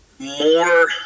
more